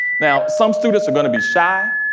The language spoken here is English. now some students are gonna be shy.